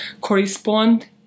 correspond